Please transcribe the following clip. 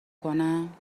کنم